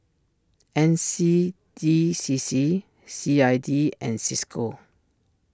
N C D C C C I D and Cisco